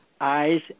Eyes